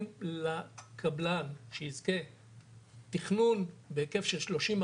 לקבלן שיזכה תכנון בהיקף של שלושים,